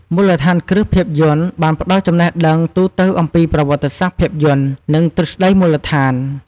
មូលដ្ឋានគ្រឹះភាពយន្ត បានផ្ដល់ចំណេះដឹងទូទៅអំពីប្រវត្តិសាស្ត្រភាពយន្ត និងទ្រឹស្តីមូលដ្ឋាន។